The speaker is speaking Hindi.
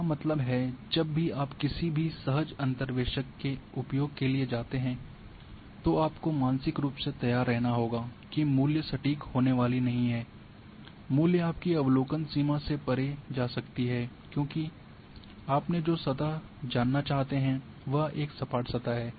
इसका मतलब है जब भी आप किसी भी सहज अंतर्वेशक के उपयोग के लिए जाते हैं तो आपको मानसिक रूप से तैयार रहना होगा कि मूल्य सटीक होने वाली नहीं हैं मूल्य आपकी अवलोकन सीमा से परे जा सकते हैं क्योंकि आपने जो सतह जानना चाहते हैं वह एक सपाट सतह है